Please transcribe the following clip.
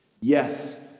Yes